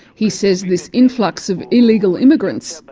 he says this influx of illegal immigrants,